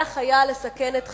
"על החייל לסכן את חייו,